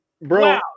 bro